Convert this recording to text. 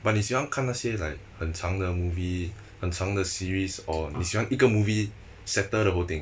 but 你喜欢看那些 like 很长的 movie 很长的 series or 你喜欢一个 movie settle the whole thing